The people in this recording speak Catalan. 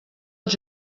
els